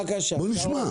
בואו נשמע.